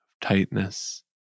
tightness